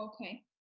Okay